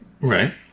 Right